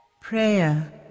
Prayer